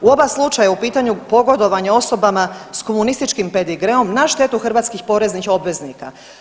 U oba slučaja u pitanju pogodovanja osobama s komunističkim pedigreom, na štetu hrvatskih poreznih obveznika.